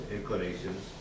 inclinations